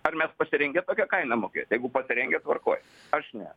ar mes pasirengę tokią kainą mokėt jeigu pasirengę tvarkoj aš ne